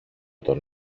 τον